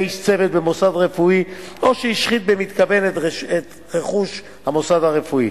איש צוות במוסד רפואי או שהשחית במתכוון את רכוש המוסד הרפואי,